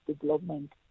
development